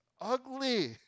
ugly